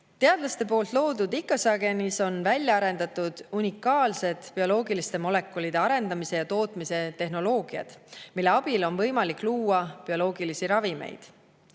Teadlaste loodud Icosagenis on välja arendatud unikaalne bioloogiliste molekulide arendamise ja tootmise tehnoloogia, mille abil on võimalik luua bioloogilisi ravimeid.